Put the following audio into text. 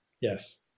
Yes